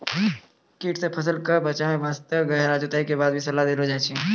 कीट सॅ फसल कॅ बचाय वास्तॅ गहरा जुताई के भी सलाह देलो जाय छै